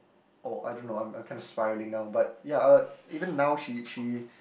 oh I don't know I'm I'm kinda spiralling now but ya uh even now she she